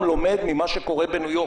מבחינתי,